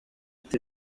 ati